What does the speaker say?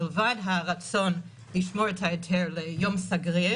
מלבד הרצון לשמור את ההיתר ליום סגריר